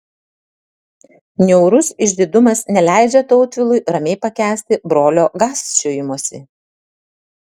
niaurus išdidumas neleidžia tautvilui ramiai pakęsti brolio gąsčiojimosi